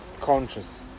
conscious